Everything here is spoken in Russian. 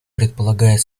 предполагает